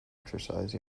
exercise